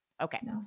okay